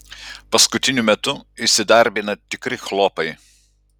paskutiniu metu įsidarbina tikri chlopai